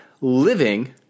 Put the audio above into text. living